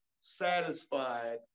satisfied